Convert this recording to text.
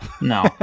No